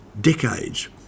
decades